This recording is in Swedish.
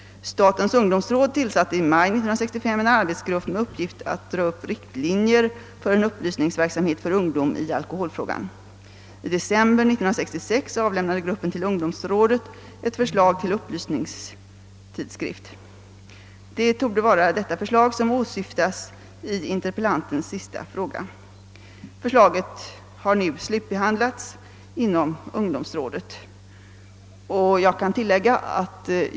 Statens ungdomsråd tillsatte i maj 1965 en arbetsgrupp med uppgift att ara upp riktlinjer för en upplysningsverksamhet för ungdom i alkoholfrågan. I december 1966 avlämnade gruppen till ungdomsrådet ett förslag till upplysningstidskrift. Det torde vara detta förslag som åsyftas i interpellantens sista fråga. Förslaget har nu slutbehandlats inom ungdomsrådet.